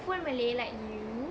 full malay like you